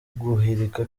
guhirika